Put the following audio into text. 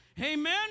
Amen